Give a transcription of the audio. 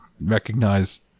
recognize